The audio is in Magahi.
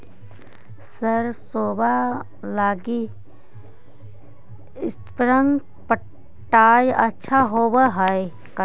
सरसोबा लगी स्प्रिंगर पटाय अच्छा होबै हकैय?